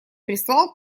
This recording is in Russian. прислал